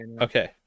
okay